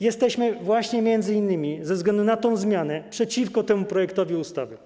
Jesteśmy właśnie m.in. ze względu na tę zmianę przeciwko temu projektowi ustawy.